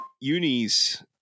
unis